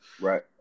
Right